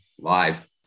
Live